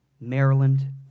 Maryland